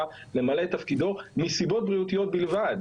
למלא את תפקידו מסיבות בריאותיות בלבד.